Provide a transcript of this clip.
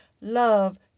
love